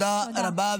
תודה רבה.